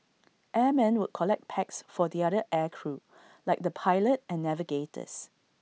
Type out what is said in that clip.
airmen would collect packs for the other air crew like the pilot and navigators